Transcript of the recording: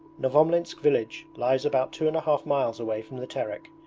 novomlinsk village lies about two and a half miles away from the terek,